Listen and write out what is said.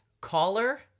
caller